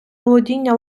володіння